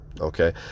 okay